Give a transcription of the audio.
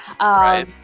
Right